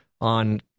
on